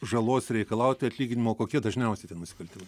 žalos reikalauti atlyginimo kokie dažniausi nusikaltimai